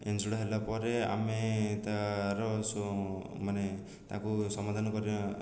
enjoyed ହେଲାପରେ ଆମେ ତାର ସୋ ମାନେ ତାକୁ ସମାଧାନ କରିବା